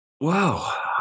Wow